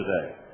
today